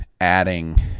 adding